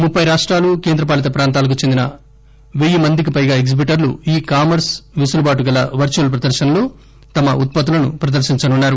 ముప్పై రాష్రాలు కేంద్రపాలిత ప్రాంతాలకు చెందిన వెయ్యి మందికి పైగా ఎగ్టిబిటర్లు ఈ కామర్స్ పెసులుబాటు కల వర్చువల్ ప్రదర్శనలో తమ ఉత్పత్తులను ప్రదర్భించనున్నారు